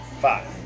Five